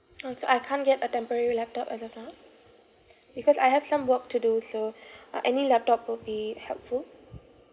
orh so I can't get a temporary laptop as of now because I have some work to do so uh any laptop would be helpful